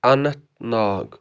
Anant Nag